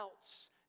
else